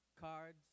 cards